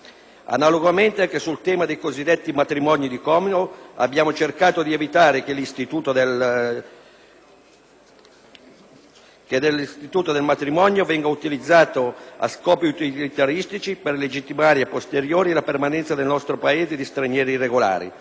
Analogamente, anche sul tema dei cosiddetti matrimoni di comodo abbiamo cercato di evitare che l'istituto del matrimonio venga utilizzato a scopi utilitaristici per legittimare *a posteriori* la permanenza nel nostro Paese di stranieri irregolari;